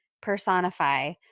personify